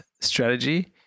strategy